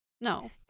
No